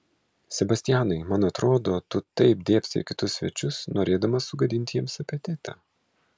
sebastianai man atrodo tu taip dėbsai į kitus svečius norėdamas sugadinti jiems apetitą